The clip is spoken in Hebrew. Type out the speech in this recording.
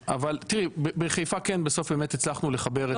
תראי, בחיפה כן בסוף באמת הצלחנו לחבר.